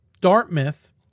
Dartmouth